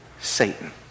Satan